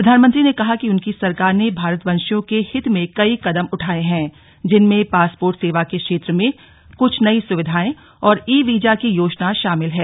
प्रधानमंत्री ने कहा कि उनकी सरकार ने भारतवंशियों के हित में कई कदम उठाये हैं जिनमें पासपोर्ट सेवा के क्षेत्र में कुछ नई सुविधाएं और ई वीजा की योजना शामिल है